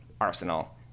arsenal